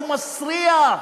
הוא מסריח.